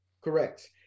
correct